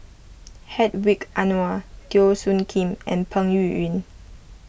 Hedwig Anuar Teo Soon Kim and Peng Yuyun